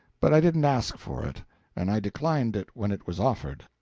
but i didn't ask for it and i declined it when it was offered.